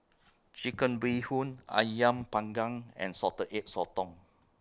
Chicken Bee Hoon Ayam Panggang and Salted Egg Sotong